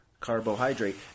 carbohydrate